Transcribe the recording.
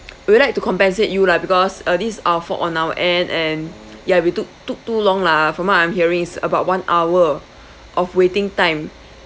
we would like to compensate you lah because uh this is our fault on our end and ya we took took too long lah for what I'm hearing is about one hour of waiting time